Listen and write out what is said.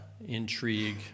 intrigue